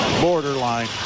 borderline